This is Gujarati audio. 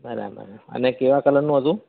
બરાબર અને કેવા કલરનું હતું